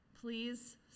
please